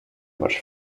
much